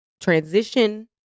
transition